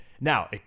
Now